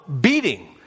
beating